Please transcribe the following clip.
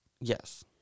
Yes